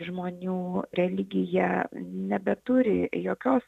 žmonių religija nebeturi jokios